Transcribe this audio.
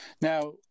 Now